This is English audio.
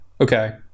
Okay